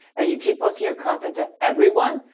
and you keep posting your content to everyone,